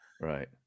right